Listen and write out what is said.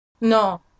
No